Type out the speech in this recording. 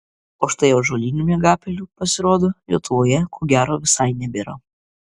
o štai ąžuolinių miegapelių pasirodo lietuvoje ko gero visai nebėra